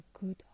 good